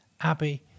Abby